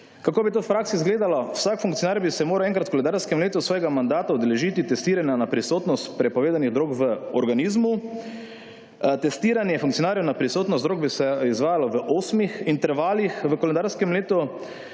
Kako bi to v praksi zgledalo? Vsak funkcionar bi se moral enkrat v koledarskem letu svojega mandata udeležiti testiranja na prisotnost prepovedanih drog v organizmu. Testiranje funkcionarjev na prisotnost drog bi se izvajalo v osmih intervalih v koledarskem letu.